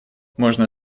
можно